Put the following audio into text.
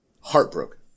heartbroken